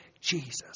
Jesus